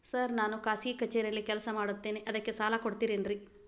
Sir ನಾನು ಖಾಸಗಿ ಕಚೇರಿಯಲ್ಲಿ ಕೆಲಸ ಮಾಡುತ್ತೇನೆ ಅದಕ್ಕೆ ಸಾಲ ಕೊಡ್ತೇರೇನ್ರಿ?